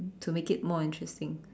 to make it more interesting